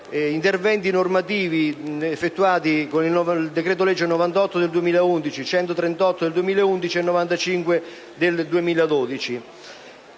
interventi normativi effettuati con i decreti-legge nn. 98 del 2011, 138 del 2011 e 95 del 2012.